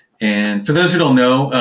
and for those that don't know,